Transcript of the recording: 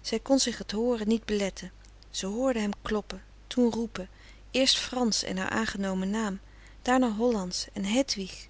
zij kon zich t hooren niet beletten ze hoorde hem kloppen toen roepen eerst fransch en haar aangenomen naam daarna hollandsch en hedwig